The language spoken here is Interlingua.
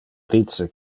dice